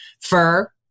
fur